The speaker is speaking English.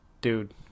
dude